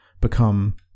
become